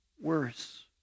worse